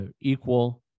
equal